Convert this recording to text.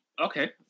okay